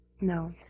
No